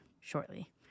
shortly